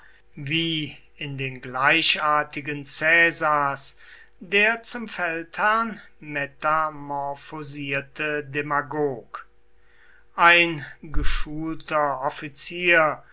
wie in den gleichartigen caesars der zum feldherrn metamorphosierte demagog ein geschulter offizier